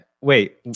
wait